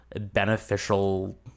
beneficial